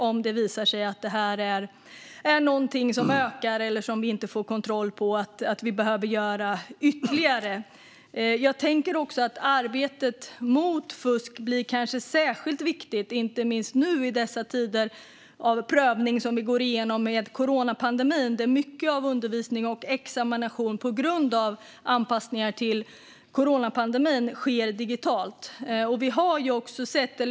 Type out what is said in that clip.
Om det visar sig att detta är någonting som ökar eller som vi inte får kontroll på utesluter jag som sagt inte att vi behöver göra mer. Arbetet mot fusk blir kanske särskilt viktigt i de tider av prövning som vi nu går igenom i och med coronapandemin, då mycket av undervisningen och examinationerna på grund av anpassningar till coronapandemin sker digitalt.